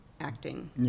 acting